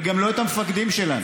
וגם לא את המפקדים שלנו.